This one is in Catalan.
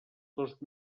dos